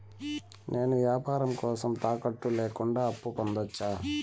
నేను వ్యాపారం కోసం తాకట్టు లేకుండా అప్పు పొందొచ్చా?